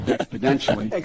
Exponentially